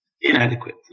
inadequate